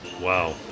Wow